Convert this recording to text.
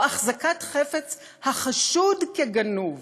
או החזקת חפץ החשוד כגנוב.